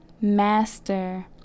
master